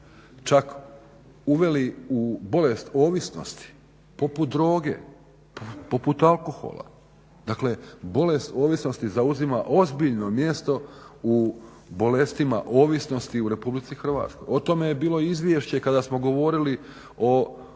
čak uveli u bolest ovisnosti poput droge, poput alkohola, dakle bolest ovisnosti zauzima ozbiljno mjesto u bolestima ovisnosti u RH. O tome je bilo izvješće kada smo govorili o